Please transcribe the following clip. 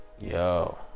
yo